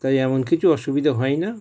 তাই এমন কিছু অসুবিধে হয় না